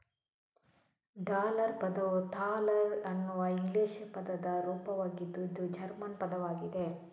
dollar ಪದವು thaler ಅನ್ನುವ English ಪದದ ರೂಪವಾಗಿದ್ದು ಇದು ಜರ್ಮನ್ ಪದವಾಗಿದೆ